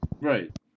Right